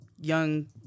young